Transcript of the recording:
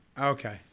okay